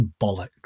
bollocks